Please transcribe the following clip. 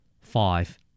Five